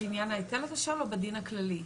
לעניין ההיטל אתה שואל או בדין הכללי?